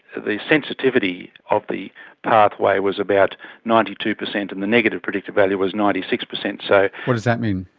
the sensitivity of the pathway was about ninety two percent, and the negative predicted value was ninety six percent. so what does that mean?